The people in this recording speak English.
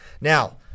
Now